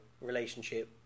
relationship